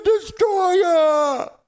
destroyer